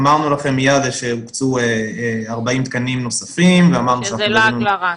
אמרנו לכם מיד שהוקצו 40 תקנים נוספים --- שזה לעג לרש.